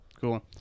cool